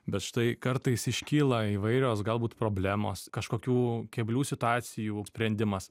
bet štai kartais iškyla įvairios galbūt problemos kažkokių keblių situacijų sprendimas